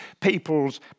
people's